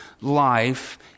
life